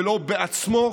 ולא בעצמו,